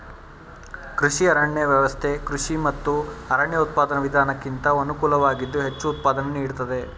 ಕೃಷಿ ಅರಣ್ಯ ವ್ಯವಸ್ಥೆ ಕೃಷಿ ಮತ್ತು ಅರಣ್ಯ ಉತ್ಪಾದನಾ ವಿಧಾನಕ್ಕಿಂತ ಅನುಕೂಲವಾಗಿದ್ದು ಹೆಚ್ಚು ಉತ್ಪಾದನೆ ನೀಡ್ತದೆ